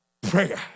prayer